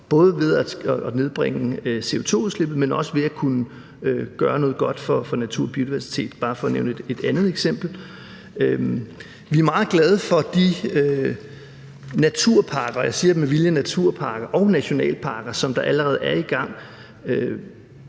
både ved at nedbringe CO2-udslippet, men også ved at kunne gøre noget godt for natur og biodiversitet – bare for at nævne et andet eksempel. Vi er meget glade for de naturparker – og jeg siger med vilje